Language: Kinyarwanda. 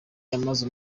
yamaze